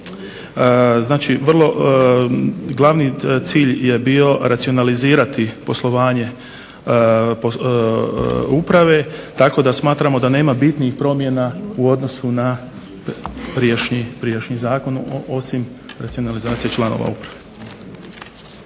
Znači vrlo, glavni cilj je bio racionalizirati poslovanje uprave tako da smatramo da nema bitnijih promjena u odnosu na prijašnji zakon osim racionalizacije članova uprave.